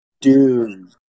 Dude